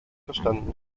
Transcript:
verstanden